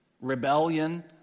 rebellion